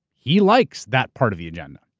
he likes that part of the agenda.